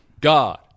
God